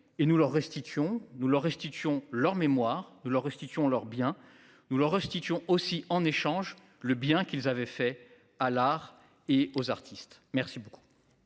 et nous leur restitution. Nous leur restitution leur mémoire de leur restituer leurs bien nous leur restitution aussi en échange le bien qu'ils avaient fait à l'art et aux artistes. Merci beaucoup.